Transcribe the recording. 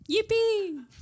Yippee